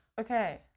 Okay